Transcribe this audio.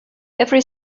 every